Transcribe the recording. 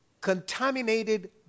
Contaminated